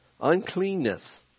Uncleanness